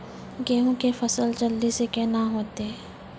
गेहूँ के फसल जल्दी से के ना होते?